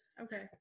Okay